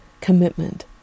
commitment